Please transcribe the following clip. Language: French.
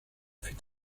fut